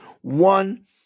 one